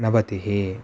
नवतिः